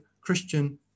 christian